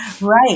Right